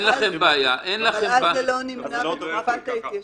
אבל אז זה לא נמנה בתקופת ההתיישנות.